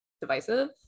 divisive